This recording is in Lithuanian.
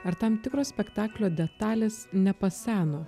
ar tam tikros spektaklio detalės nepaseno